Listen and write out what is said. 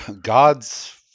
God's